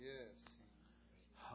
Yes